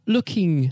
Looking